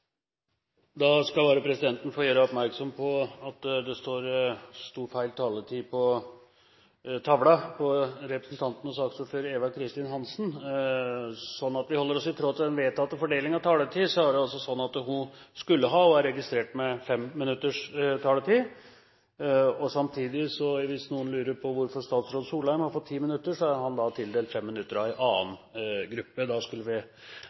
Presidenten skal få gjøre oppmerksom på at det sto feil taletid på tavla for saksordføreren, Eva Kristin Hansen. Vi holder oss til den vedtatte fordeling av taletid, og da skulle hun ha, og er registrert med, 5 minutters taletid. Samtidig, hvis noen lurer på hvorfor statsråd Erik Solheim har fått 10 minutter, så er han tildelt 5 minutter av en annen gruppe. Da skulle vi